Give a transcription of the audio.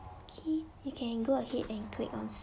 okay you can go ahead and click on